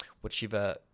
whichever